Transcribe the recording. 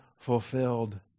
fulfilled